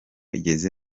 igeze